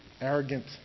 arrogant